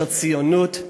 של ציונות,